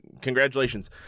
Congratulations